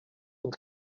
und